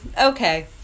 okay